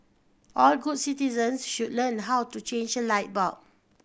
all good citizens should learn how to change a light bulb